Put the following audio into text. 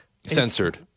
Censored